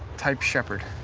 type shepherd.